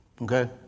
Okay